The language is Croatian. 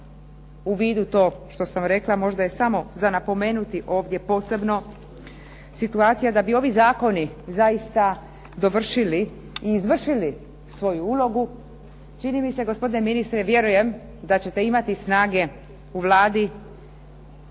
u vidu to što sam rekla možda je samo za napomenuti ovdje posebno situacija da bi ovi zakoni zaista dovršili i izvršili svoju ulogu čini mi se gospodine ministre vjerujem da ćete imati snage u Vladi